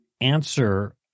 answer